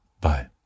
bye